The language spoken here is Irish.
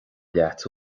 leat